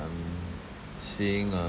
um seeing a